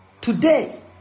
today